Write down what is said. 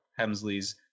Hemsley's